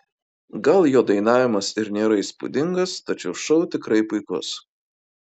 gal jo dainavimas ir nėra įspūdingas tačiau šou tikrai puikus